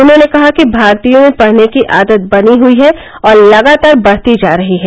उन्होंने कहा कि भारतीयों में पढ़ने की आदत बनी हुई है और लगातार बढ़ती जा रही है